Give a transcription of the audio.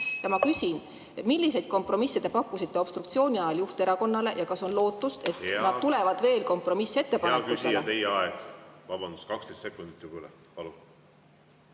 Ma küsin, milliseid kompromisse te pakkusite obstruktsiooni ajal juhterakonnale ja kas on lootust, et nad tulevad veel kompromissettepanekutele … Hea küsija, teie aeg! Vabandust, 12 sekundit juba üle. Palun!